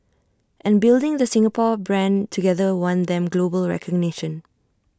and building the Singapore brand together won them global recognition